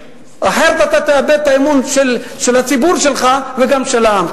אחרת אתה תאבד את האמון של הציבור שלך וגם של העם.